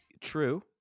True